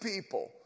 people